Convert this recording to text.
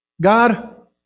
God